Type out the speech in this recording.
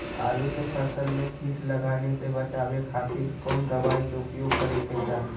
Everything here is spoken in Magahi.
आलू के फसल में कीट लगने से बचावे खातिर कौन दवाई के उपयोग करे के चाही?